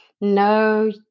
no